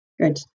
Good